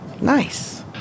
Nice